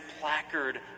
placard